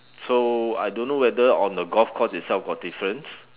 so I don't know whether on the golf course itself got difference